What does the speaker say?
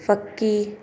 फकी